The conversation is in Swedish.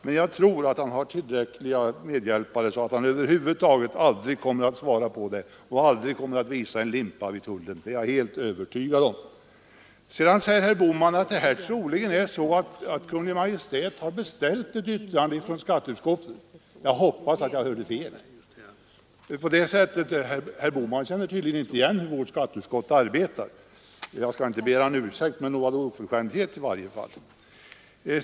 Men jag är helt övertygad om att han har tillräckligt med medhjälpare, så att han över huvud taget aldrig kommer att ha några sådana samtal, och han kommer nog aldrig att visa upp en cigarrettlimpa i tullen. Sedan säger herr Bohman att det troligen är så, att Kungl. Maj:t har beställt ett yttrande från skatteutskottet. Jag hoppas att jag hörde fel! Herr Bohman känner tydligen inte till hur vårt skatteutskott arbetar. Jag skall inte begära en ursäkt, men nog var det en oförskämdhet.